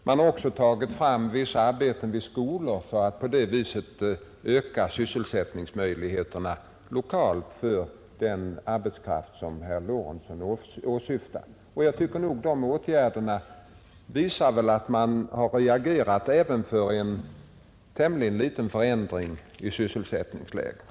Man har också låtit utföra vissa arbeten vid skolor för att på det sättet lokalt öka sysselsättningsmöjligheterna för den arbetskraft som herr Lorentzon åsyftar. Dessa åtgärder visar väl att arbetsmarknadsmyndigheterna har reagerat även inför en tämligen liten förändring i sysselsättningsläget.